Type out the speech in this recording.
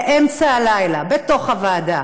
באמצע הלילה, בתוך הוועדה.